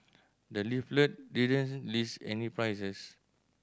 the leaflet didn't list any prices